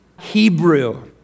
Hebrew